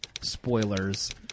Spoilers